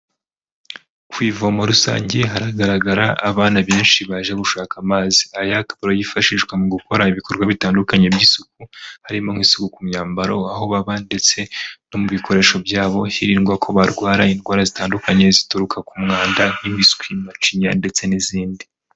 Ku ivomo rusange haragaragara abana benshi baje gushaka amazi, aya akaba ariyo yifashishwa mu gukora ibikorwa bitandukanye by'isuku harimo nk'isuku ku myambaro, aho baba, ndetse no mu bikoresho bya bo hirindwa ko barwara indwara zitandukanye zituruka ku mwanda nk'imipiswi, macinya, ndetse n'izindi.